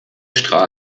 str